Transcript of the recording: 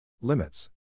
Limits